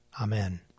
Amen